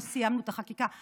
ולא סיימנו את החקיקה.